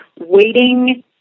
waiting